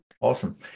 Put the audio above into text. Awesome